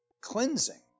cleansing